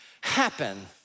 happen